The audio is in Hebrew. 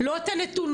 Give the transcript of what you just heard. לא את הנתונים,